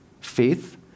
faith